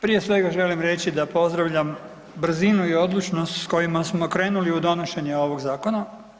Prije svega želim reći da pozdravljam brzinu i odlučnost sa kojima smo krenuli u donošenje ovoga zakona.